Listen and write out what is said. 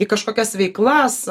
į kažkokias veiklas